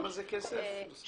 מה הסכום?